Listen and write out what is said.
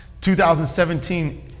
2017